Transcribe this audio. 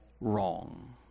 wrong